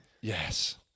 Yes